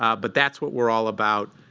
ah but that's what we're all about.